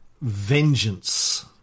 Vengeance